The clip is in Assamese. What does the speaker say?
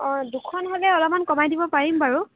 অঁ দুখন হ'লে অলপমান কমাই দিব পাৰিম বাৰু